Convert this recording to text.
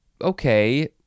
okay